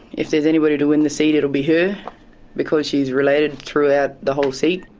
if there's anybody to win the seat it'll be her because she's related throughout the whole seat.